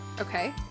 Okay